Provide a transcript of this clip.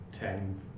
Ten